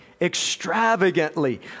extravagantly